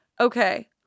okay